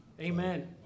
Amen